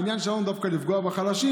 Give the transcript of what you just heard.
העניין שלנו הוא דווקא לפגוע בחלשים,